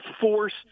force